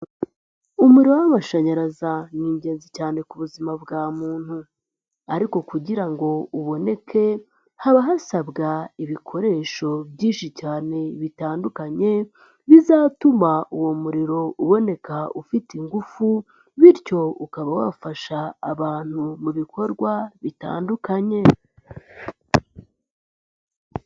Umuriro w'amashanyarazi ni ingenzi cyane ku buzima bwa muntu, ariko kugira ngo uboneke, haba hasabwa ibikoresho byinshi cyane bitandukanye, bizatuma uwo muriro uboneka ufite ingufu, bityo ukaba wafasha abantu mu bikorwa bitandukanye.